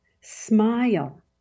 smile